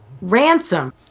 RANSOM